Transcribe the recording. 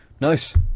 nice